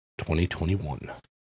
2021